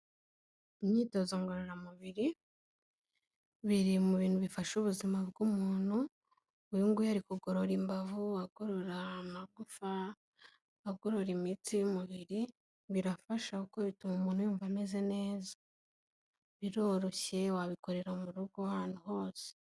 Imyitozo ngororamubiri, biri mu bintu bifasha ubuzima bw'umuntu, uyu nguyu ari kugorora imbavu, agorora amagufa, agorora imitsi y'umubiri, birafasha kuko bituma umuntu yumva ameze neza, biroroshye wabikorera mu rugo ahantu hose.